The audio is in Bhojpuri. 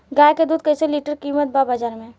गाय के दूध कइसे लीटर कीमत बा बाज़ार मे?